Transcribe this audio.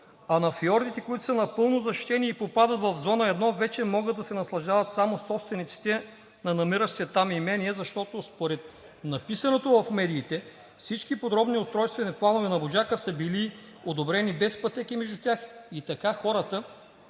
а на фиордите, които са напълно защитени и попадат в Зона 1, вече могат да се наслаждават само собствениците на намиращите се там имения, защото според написаното в медиите всички подробни устройствени планове на „Буджака“ са били одобрени без пътеки между тях и така хората